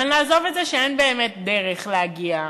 אבל נעזוב את זה שאין באמת דרך להגיע,